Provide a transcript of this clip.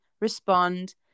respond